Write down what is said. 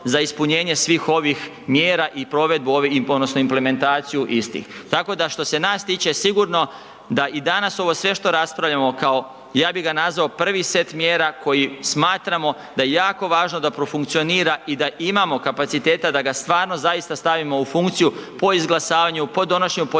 za ispunjenje svih ovih mjera i provedbu ovi, odnosno implementaciju istih. Tako da što se nas tiče sigurno da i danas ovo sve što raspravljamo kao, ja bi ga nazvao prvi set mjera, koji smatramo da je jako važno da profunkcionira i da imamo kapaciteta da ga stvarno zaista stavimo u funkciju po izglasavanju, po donošenju podzakonskih